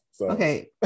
okay